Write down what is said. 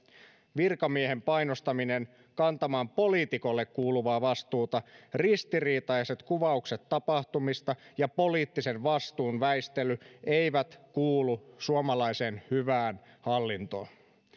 virkamiehen painostaminen kantamaan poliitikolle kuuluvaa vastuuta ristiriitaiset kuvaukset tapahtumista ja poliittisen vastuun väistely eivät kuulu suomalaiseen hyvään hallintoon